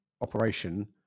operation